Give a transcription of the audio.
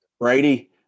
Brady